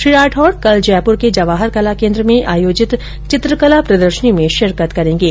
श्री राठौड़ कल जयपुर के जवाहर कला केन्द्र में आयोजित चित्रकला प्रदर्शनी में शिरकत करेंगे